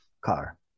car